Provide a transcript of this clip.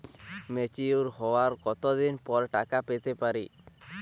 Mature হওয়ার কত দিন পর টাকা পেতে পারি?